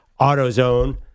AutoZone